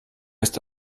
ist